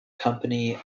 company